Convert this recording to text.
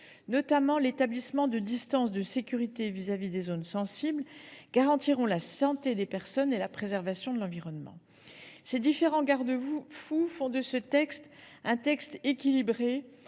notamment l’établissement de distances de sécurité dans les zones sensibles, garantiront la santé des personnes et la préservation de l’environnement. Grâce à ces différents garde fous, ce texte est équilibré.